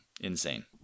Insane